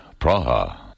Praha